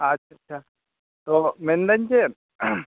ᱟᱪᱪᱷᱟ ᱛᱚ ᱢᱮᱱᱮᱫᱟᱹᱧ ᱪᱮᱫ